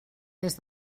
des